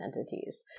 entities